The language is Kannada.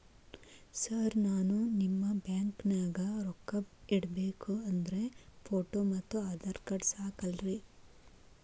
ಸರ್ ನಾನು ನಿಮ್ಮ ಬ್ಯಾಂಕನಾಗ ರೊಕ್ಕ ಇಡಬೇಕು ಅಂದ್ರೇ ಫೋಟೋ ಮತ್ತು ಆಧಾರ್ ಕಾರ್ಡ್ ಸಾಕ ಅಲ್ಲರೇ?